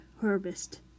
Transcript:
harvest